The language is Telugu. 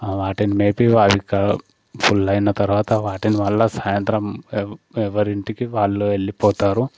వాటిని మేపి వాటికా ఫుల్లు అయిన తర్వాత వాటిని మళ్ళా సాయంత్రం ఎవరి ఇంటికి వాళ్ళు ఎళ్ళిపోతారు